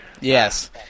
Yes